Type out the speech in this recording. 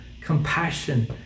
compassion